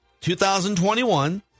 2021